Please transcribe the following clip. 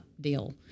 deal